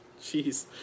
Jeez